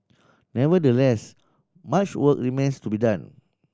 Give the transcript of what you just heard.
nevertheless much work remains to be done